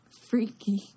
freaky